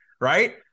right